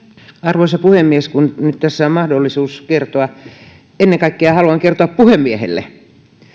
arvoisa puhemies kun nyt tässä on mahdollisuus kertoa ennen kaikkea haluan kertoa puhemiehelle